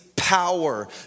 Power